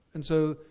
and so,